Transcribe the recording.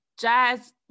Jazz